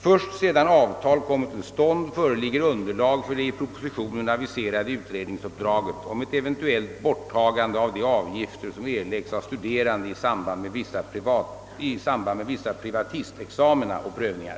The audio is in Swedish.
Först sedan avtal kommit till stånd föreligger underlag för det i propositionen aviserade utredningsuppdraget om ett eventuellt borttagande av de avgifter som erläggs av studerande i samband med vissa privatistexamina och prövningar.